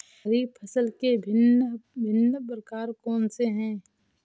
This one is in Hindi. खरीब फसल के भिन भिन प्रकार कौन से हैं?